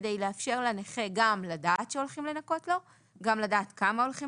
כדי לאפשר לנכה גם לדעת שהולכים לנכות לו; גם לדעת כמה הולכים